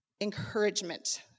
encouragement